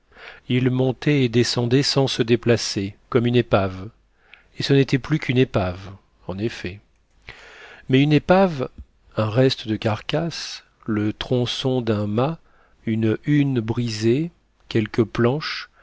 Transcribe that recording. il montait et descendait sans se déplacer comme une épave et ce n'était plus qu'une épave en effet mais une épave un reste de carcasse le tronçon d'un mât une hune brisée quelques planches